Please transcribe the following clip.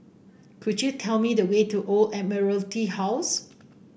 could you tell me the way to The Old Admiralty House